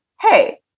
Hey